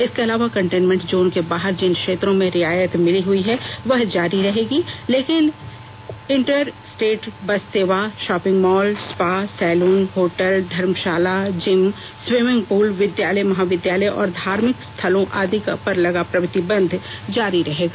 इसके अलावा containment zone के बाहर जिन क्षेत्रों में रियायत मिली हुई है वह जारी रहेगी लेकिन इंटरस्टेस बस सेवा shopping mall spa salon hotel धर्मशाला जिम स्विमिंग पूल विद्यालय महाविद्यालय और धार्मिक स्थलों आदि पर लगा प्रतिबंध जारी रहेगा